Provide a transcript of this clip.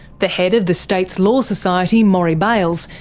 the head of the state's law society, morry bailes,